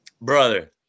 Brother